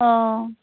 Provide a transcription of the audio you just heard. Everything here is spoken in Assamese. অঁ